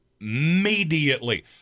Immediately